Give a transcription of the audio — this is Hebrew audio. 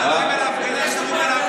כי כשמדברים על ההפגנה אז לא מדברים